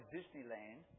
Disneyland